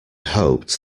hoped